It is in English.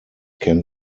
can